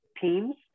teams